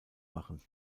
machen